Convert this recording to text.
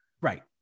Right